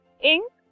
ink